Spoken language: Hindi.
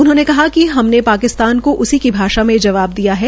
उन्होंने कहा कि हमने पाकिस्तान को उसी की भाषा में जवाब दिया है